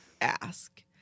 ask